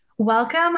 Welcome